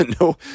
no